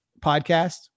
podcast